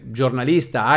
giornalista